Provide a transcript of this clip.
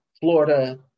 Florida